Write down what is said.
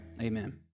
amen